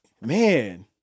Man